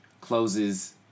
closes